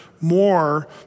more